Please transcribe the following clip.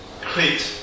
create